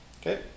Okay